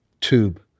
tube